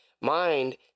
mind